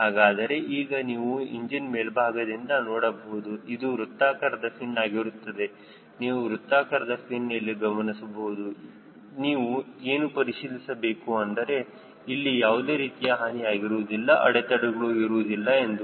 ಹಾಗಾದರೆ ಈಗ ನೀವು ಇಂಜಿನ್ ಮೇಲ್ಭಾಗದಿಂದ ನೋಡಬಹುದು ಇವು ವೃತ್ತಾಕಾರದ ಫಿನ್ ಆಗಿರುತ್ತವೆ ನೀವು ವೃತ್ತಾಕಾರದ ಫಿನ್ ಇಲ್ಲಿ ಗಮನಿಸಬಹುದು ನೀವು ಏನು ಪರಿಶೀಲಿಸಬೇಕು ಅಂದರೆ ಇಲ್ಲಿ ಯಾವುದೇ ರೀತಿಯ ಹಾನಿ ಆಗಿರುವುದಿಲ್ಲ ಅಡೆತಡೆಗಳು ಇರುವುದಿಲ್ಲ ಎಂದು